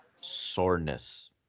soreness